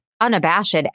unabashed